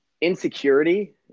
insecurity